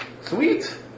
Sweet